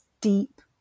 deep